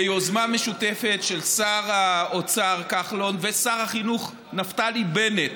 ביוזמה משותפת של שר האוצר כחלון ושר החינוך נפתלי בנט